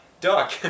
duck